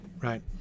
Right